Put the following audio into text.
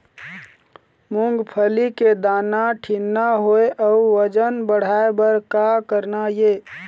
मूंगफली के दाना ठीन्ना होय अउ वजन बढ़ाय बर का करना ये?